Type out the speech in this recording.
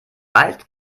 bald